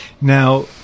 Now